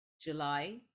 July